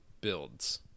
builds